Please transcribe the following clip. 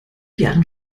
jahren